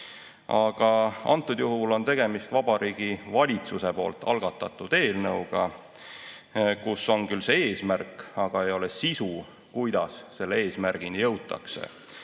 Aga antud juhul on tegemist Vabariigi Valitsuse algatatud eelnõuga, kus on küll eesmärk, aga ei ole sisu, kuidas eesmärgini jõutakse.